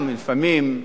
לפעמים,